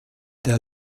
der